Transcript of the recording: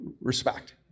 respect